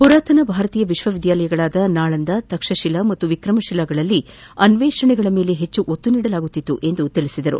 ಪುರಾತನ ಭಾರತೀಯ ವಿಶ್ಲವಿದ್ಯಾಲಯಗಳಾದ ನಳಂದ ತಕ್ಷಶಿಲಾ ಮತ್ತು ವಿಕ್ರಮಶಿಲಾಗಳಲ್ಲಿ ಅನ್ಲೇಷಣೆಗಳ ಮೇಲೆ ಹೆಚ್ಚು ಒತ್ತು ನೀಡಲಾಗುತ್ತಿತ್ತು ಎಂದು ಅವರು ಹೇಳಿದರು